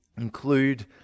include